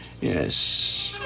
Yes